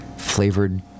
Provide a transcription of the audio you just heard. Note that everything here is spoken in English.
flavored